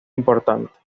importante